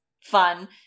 fun